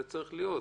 זה צריך להיות.